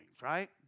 Right